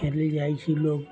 खाइलेल जाइ छै लोग